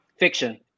Fiction